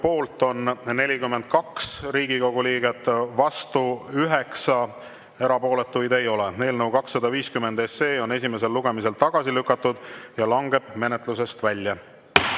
poolt on 42 Riigikogu liiget, vastu 9, erapooletuid ei ole. Eelnõu 250 on esimesel lugemisel tagasi lükatud ja langeb menetlusest välja.